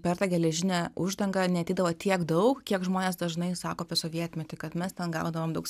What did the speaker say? per tą geležinę uždangą neateidavo tiek daug kiek žmonės dažnai sako apie sovietmetį kad mes ten gaudavom daug